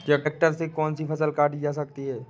Tractor से कौन सी फसल काटी जा सकती हैं?